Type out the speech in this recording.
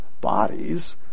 bodies